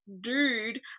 dude